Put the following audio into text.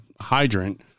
hydrant